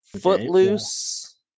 Footloose